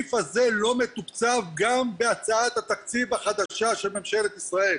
הסעיף הזה לא מתוקצב גם בהצעת התקציב החדשה של ממשלת ישראל,